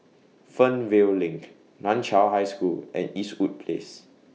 Fernvale LINK NAN Chiau High School and Eastwood Place